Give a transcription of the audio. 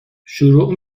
شروع